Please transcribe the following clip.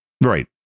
Right